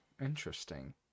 Interesting